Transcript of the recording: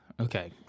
okay